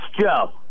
Joe